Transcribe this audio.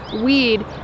weed